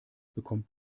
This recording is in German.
bekommt